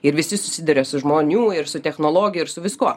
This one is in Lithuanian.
ir visi susiduria su žmonių ir su technologijų ir su viskuo